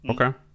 Okay